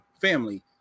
family